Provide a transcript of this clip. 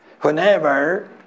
Whenever